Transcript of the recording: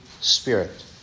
Spirit